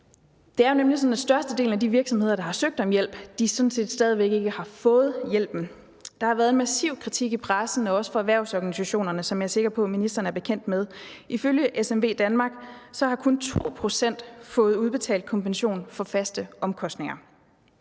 Det er nemlig sådan, at størstedelen af de virksomheder, der har søgt om hjælp, sådan set stadig ikke har fået hjælpen. Der har været massiv kritik i pressen og også fra erhvervsorganisationerne, som jeg er sikker på ministeren er bekendt med. Ifølge SMVdanmark har kun 2 pct. fået udbetalt kompensation for faste omkostninger.